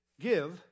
give